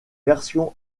versions